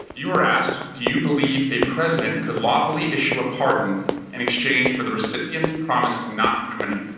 you were asked, do you believe a president could lawfully issue a pardon in exchange for the recipient's promise to not incriminate?